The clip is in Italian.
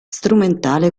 strumentale